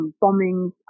bombings